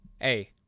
hey